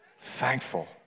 thankful